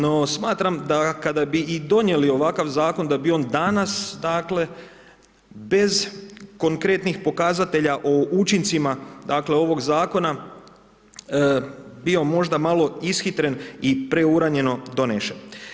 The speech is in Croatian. No smatram da kada bi i donijeli ovakav zakon da bi on danas dakle bez konkretnih pokazatelja o učincima dakle ovog zakona bio možda malo ishitren i preuranjeno donesen.